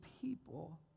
people